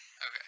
Okay